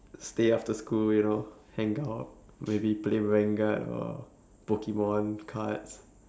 stay after school you know hang out maybe play vanguard or pokemon cards